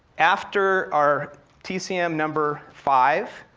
after our tcm number five,